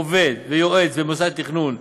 עובד ויועץ במוסד תכנון,